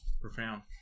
profound